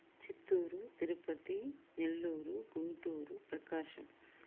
Chittoor Tirupati Nellore Guntur Prakasam